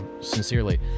sincerely